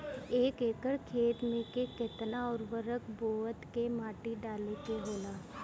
एक एकड़ खेत में के केतना उर्वरक बोअत के माटी डाले के होला?